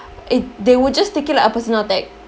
it they would just take it like a personal attack